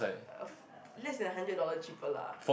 a f~ less than a hundred dollar cheaper lah